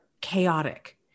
chaotic